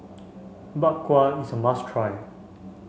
Bak Kwa is a must try